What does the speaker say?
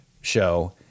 show